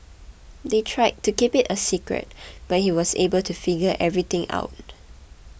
they tried to keep it a secret but he was able to figure everything out